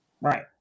Right